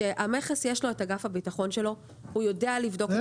שהמכס יש לו את אגף הביטחון שלו, הוא יודע לבדוק.